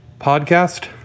Podcast